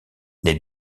les